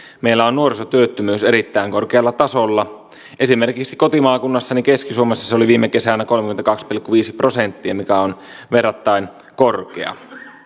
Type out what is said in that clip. meillä on nuorisotyöttömyys erittäin korkealla tasolla esimerkiksi kotimaakunnassani keski suomessa se oli viime kesänä kolmekymmentäkaksi pilkku viisi prosenttia mikä on verrattain korkea